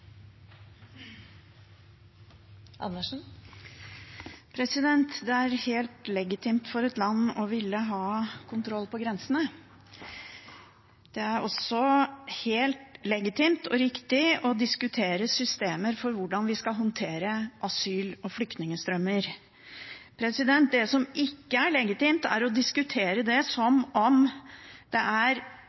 helt legitimt for et land å ville ha kontroll på grensene. Det er også helt legitimt og riktig å diskutere systemer for hvordan vi skal håndtere asyl- og flyktningstrømmer. Det som ikke er legitimt, er å diskutere det som om det er forsøket på å hjelpe folk i nød som er dysfunksjonelt, og at det ikke er